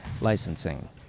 Licensing